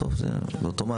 בסוף זה אותו מעגל.